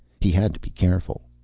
he had to be careful.